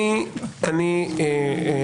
אני אשמח להבין את השאלה.